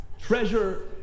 Treasure